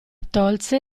tolse